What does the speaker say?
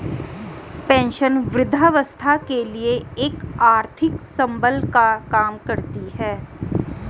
pension वृद्धावस्था के लिए एक आर्थिक संबल का काम करती है